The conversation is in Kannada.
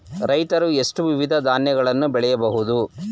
ರೈತರು ಎಷ್ಟು ವಿಧದ ಧಾನ್ಯಗಳನ್ನು ಬೆಳೆಯಬಹುದು?